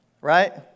Right